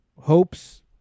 hopes